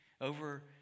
over